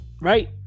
Right